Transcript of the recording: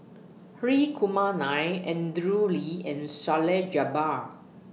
Hri Kumar Nair Andrew Lee and Salleh Japar